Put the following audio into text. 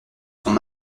sont